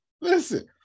Listen